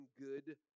good